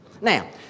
Now